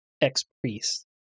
ex-priest